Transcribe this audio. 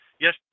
Yes